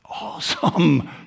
Awesome